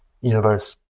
universe